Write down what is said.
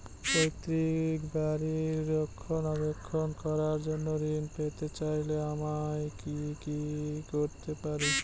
পৈত্রিক বাড়ির রক্ষণাবেক্ষণ করার জন্য ঋণ পেতে চাইলে আমায় কি কী করতে পারি?